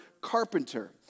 carpenter